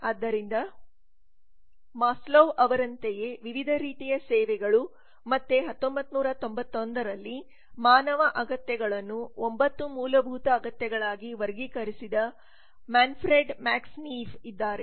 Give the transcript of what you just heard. ಆದ್ದರಿಂದ ಮಾಸ್ಲೋವ್ ಅವರಂತೆಯೇ ವಿವಿಧ ರೀತಿಯ ಸೇವೆಗಳು ಮತ್ತೆ 1991 ರಲ್ಲಿ ಮಾನವ ಅಗತ್ಯಗಳನ್ನು 9 ಮೂಲಭೂತ ಅಗತ್ಯಗಳಾಗಿ ವರ್ಗೀಕರಿಸಿದ ಮ್ಯಾನ್ಫ್ರೆಡ್ ಮ್ಯಾಕ್ಸ್ ನೀಫ್ ಇದ್ದಾರೆ